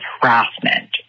harassment